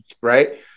Right